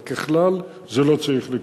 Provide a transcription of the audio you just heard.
אבל ככלל, זה לא צריך לקרות.